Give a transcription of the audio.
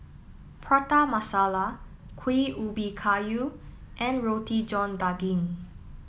Prata Masala Kuih Ubi Kayu and Roti John daging